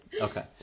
Okay